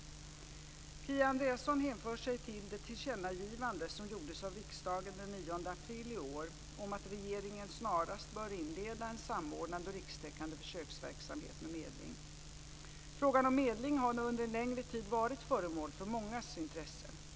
Kia Andreasson hänför sig till det tillkännagivande som gjordes av riksdagen den 9 april i år om att regeringen snarast bör inleda en samordnad rikstäckande försöksverksamhet med medling. Frågan om medling har under en längre tid varit föremål för mångas intresse.